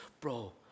bro